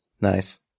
Nice